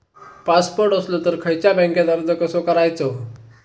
Passport असलो तर खयच्या बँकेत अर्ज कसो करायचो?